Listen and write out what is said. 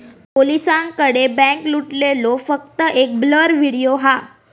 पोलिसांकडे बॅन्क लुटलेलो फक्त एक ब्लर व्हिडिओ हा